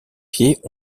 pieds